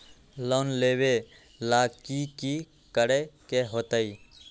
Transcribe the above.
Loan लेबे ला की कि करे के होतई?